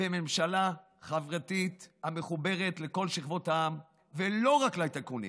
בממשלה חברתית המחוברת לכל שכבות העם ולא רק לטייקונים.